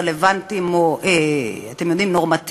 רלוונטיים או נורמטיביים.